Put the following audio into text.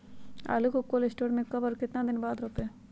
आलु को cold store से ले के कब और कितना दिन बाद रोपे?